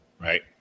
right